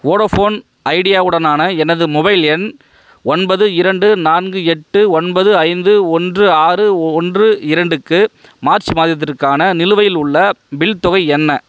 Vodafone Idea உடனான எனது mobile எண் ஒன்பது இரண்டு நான்கு எட்டு ஒன்பது ஐந்து ஒன்று ஆறு ஒன்று இரண்டுக்கு மார்ச் மாதத்திற்கான நிலுவையில் உள்ள பில் தொகை என்ன